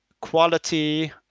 quality